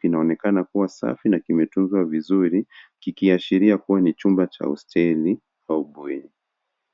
kinaonekana kuwa safi na kimetunzwa vizuri kikiashiria kuwa ni chumba cha hosteli au bweni.